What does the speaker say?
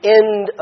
end